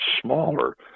smaller